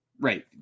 Right